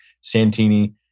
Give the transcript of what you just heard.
Santini